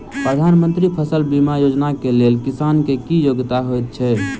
प्रधानमंत्री फसल बीमा योजना केँ लेल किसान केँ की योग्यता होइत छै?